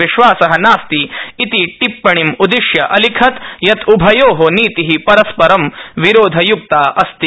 विश्वास नास्ति इति टिप्पणीम् उददिश्य अलिखत् उभयो नीति परस्परं विरोधयक्ता अस्ति